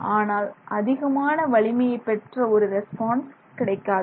ஆனால் அதிகமான வலிமையை பெற்ற ஒரு ரெஸ்பான்ஸ் கிடைக்காது